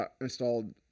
installed